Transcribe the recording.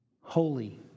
holy